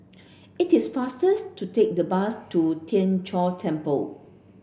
it is faster to take the bus to Tien Chor Temple